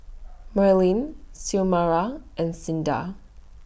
Merlyn Xiomara and Cinda